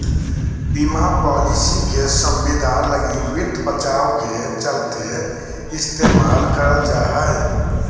बीमा पालिसी के संविदा लगी वित्त बचाव के चलते इस्तेमाल कईल जा हइ